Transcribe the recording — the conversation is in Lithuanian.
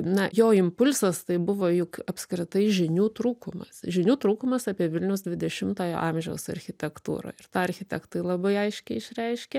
na jo impulsas tai buvo juk apskritai žinių trūkumas žinių trūkumas apie vilniaus dvidešimtojo amžiaus architektūrą ir tą architektai labai aiškiai išreiškė